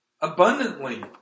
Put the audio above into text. Abundantly